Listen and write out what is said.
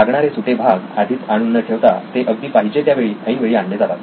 लागणारे सुटे भाग आधीच आणून न ठेवता ते अगदी पाहिजे त्यावेळी ऐन वेळी आणले जातात